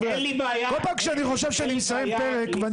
כל פעם כשאני חושב שאני מסיים פרק ואני